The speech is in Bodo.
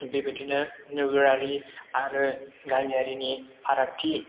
बेबायदिनो नोगोरारि आरो गामियारिनि फारागथि